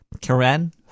Karen